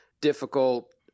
difficult